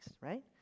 right